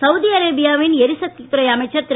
Saudi அரேபியாவின் எரிசக்தி துறை அமைச்சர் திரு